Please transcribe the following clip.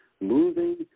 moving